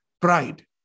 pride